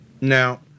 Now